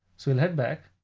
so we'll head back,